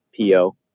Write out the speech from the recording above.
PO